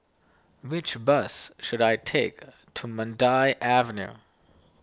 which bus should I take to Mandai Avenue